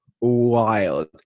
wild